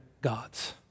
God's